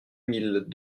mille